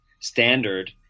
standard